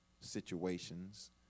situations